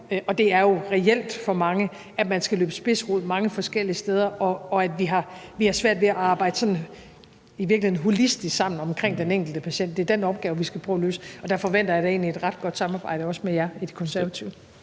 og det er jo reelt for mange – at man skal løbe spidsrod mange forskellige steder, og at vi har svært ved at arbejde sådan holistisk sammen omkring den enkelte patient. Det er den opgave, vi skal prøve at løse, og der forventer jeg da egentlig et ret godt samarbejde, også med jer i Det Konservative